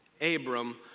Abram